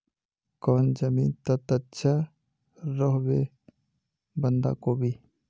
कौन जमीन टत अच्छा रोहबे बंधाकोबी?